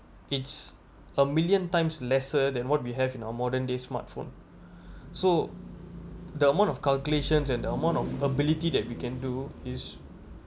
it's a million times lesser than what we have in our modern day smartphone so the amount of calculations and amount of ability that we can do is